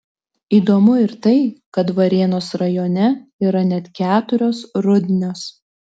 įdomu ir tai kad varėnos rajone yra net keturios rudnios